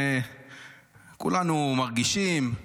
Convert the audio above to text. כולנו מרגישים את